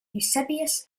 eusebius